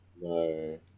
No